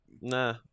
Nah